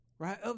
Right